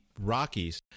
Rockies